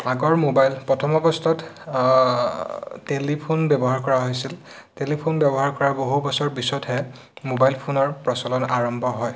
আগৰ মোবাইল প্ৰথম অৱস্থাত টেলিফোন ব্যৱহাৰ কৰা হৈছিল টেলিফোন ব্যৱহাৰ কৰাৰ বহুবছৰ পিছতহে মোবাইল ফোনৰ প্ৰচলন আৰম্ভ হয়